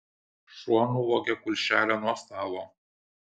šuo nuvogė kulšelę nuo stalo